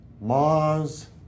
Mars